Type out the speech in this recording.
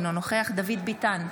אינו נוכח דוד ביטן,